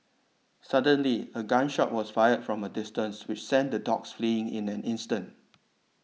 suddenly a gun shot was fired from a distance which sent the dogs fleeing in an instant